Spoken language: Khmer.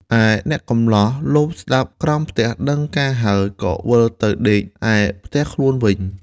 ឯអ្នកកម្លោះលបស្តាប់ក្រោមផ្ទះដឹងការហើយ ក៏វិលទៅដេកឯផ្ទះខ្លួនវិញ។